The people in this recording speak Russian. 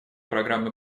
программы